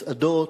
ובמסעדות,